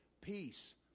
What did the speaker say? peace